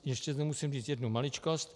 Ještě zde musím říct jednu maličkost.